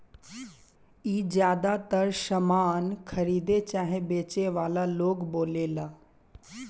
ई ज्यातर सामान खरीदे चाहे बेचे वाला लोग बोलेला